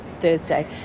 Thursday